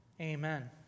Amen